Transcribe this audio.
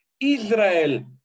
Israel